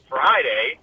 Friday